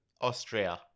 Austria